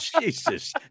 Jesus